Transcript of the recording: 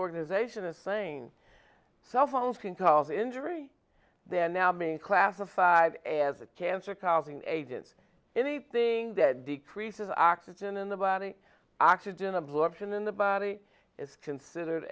organization is saying cell phones can calls injury they're now being classified as a cancer causing agents anything that decreases oxygen in the body oxygen absorbtion in the body is considered